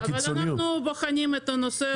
אבל אנחנו בוחנים את הנושא.